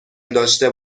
داشته